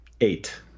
eight